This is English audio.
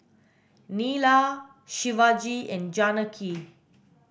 Neila Shivaji and Janaki